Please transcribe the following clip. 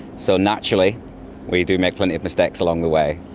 so naturally we do make plenty of mistakes along the way.